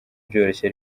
byoroshye